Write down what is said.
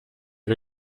wir